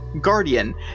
guardian